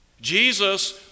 Jesus